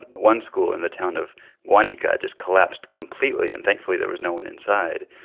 and one school in the town of guanica just collapsed completely. and, thankfully, there was no one inside.